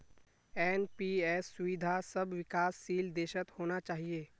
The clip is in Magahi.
एन.पी.एस सुविधा सब विकासशील देशत होना चाहिए